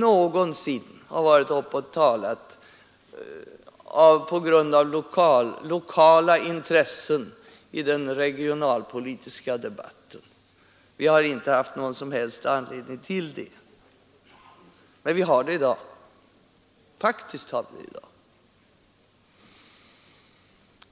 någonsin skulle ha varit uppe och talat om lokala intressen i den regionalpolitiska debatten. Vi har inte haft någon som helst anledning till det. Men vi har det i dag — faktiskt har vi det i dag!